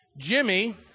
Jimmy